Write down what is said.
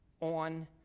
on